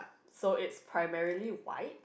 so it's primarily white